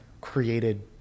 created